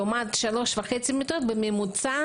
לעומת 3.5 מיטות בממוצע,